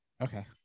Okay